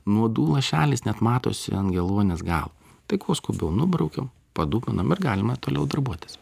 nuodų lašelis net matosi ant geluonies galo tai kuo skubiau nubraukiau padūminam ir galima toliau darbuotis